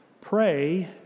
pray